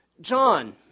John